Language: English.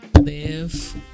Live